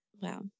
Wow